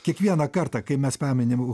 kiekvieną kartą kai mes paminim